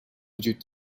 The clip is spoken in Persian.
وجود